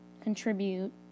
contribute